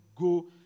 go